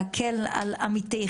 ולכן כמו שרוקח מקבל אישור להחזקת קנאביס